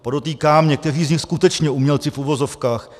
Podotýkám, někteří z nich skutečně umělci v uvozovkách.